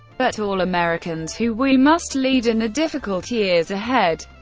but all americans who we must lead in the difficult years ahead.